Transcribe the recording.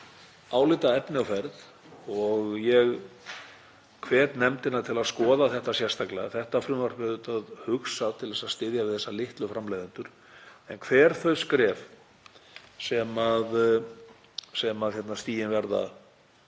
álitaefni á ferð og ég hvet nefndina til að skoða þetta sérstaklega. Þetta frumvarp er hugsað til þess að styðja við þessa litlu framleiðendur. En hver þau skref sem stigin verða